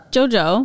Jojo